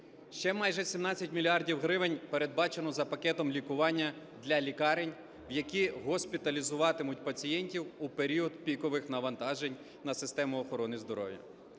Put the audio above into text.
Ще майже 17 мільярдів гривень передбачено за пакетом "Лікування для лікарень", які госпіталізуватимуть пацієнтів у період пікових навантажень на систему охорони здоров'я.